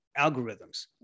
algorithms